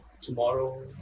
tomorrow